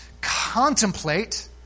contemplate